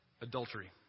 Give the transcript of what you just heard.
Adultery